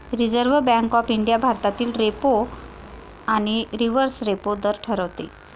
reserve bank of India भारतातील repo आणि reverse repo दर ठरवते